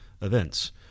events